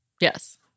Yes